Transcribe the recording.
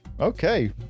Okay